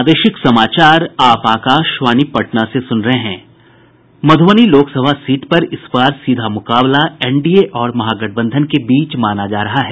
Madhubani Lok Sabha seat से इस बार सीधा मुकाबला एनडीए और महागठबंधन के बीच माना जा रहा है